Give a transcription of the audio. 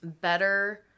better